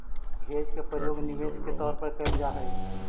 hedge के प्रयोग निवेश के तौर पर कैल जा हई